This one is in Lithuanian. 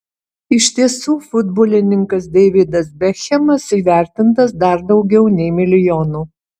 iš tiesų futbolininkas deividas bekhemas įvertintas dar daugiau nei milijonu